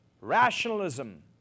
rationalism